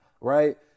right